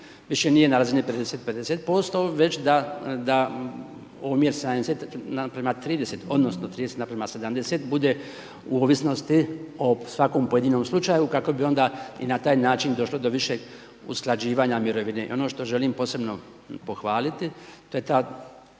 više nije na razini30-50% već da omjer 70 naprama 30 odnosno 30 napravim 70 bude u ovisnosti o svakom pojedinom slučaju kako bi onda i na taj način došlo do višeg usklađivanja mirovine. I ono što želim posebno pohvaliti to je ta